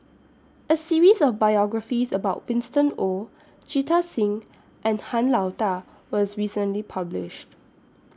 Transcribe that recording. A series of biographies about Winston Oh Jita Singh and Han Lao DA was recently published